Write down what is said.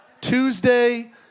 Tuesday